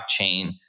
blockchain